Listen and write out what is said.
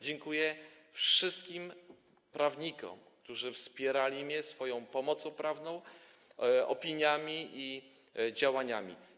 Dziękuję wszystkim prawnikom, którzy wspierali mnie swoją pomocą prawną, opiniami i działaniami.